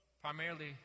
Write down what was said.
primarily